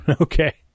Okay